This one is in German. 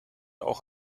auch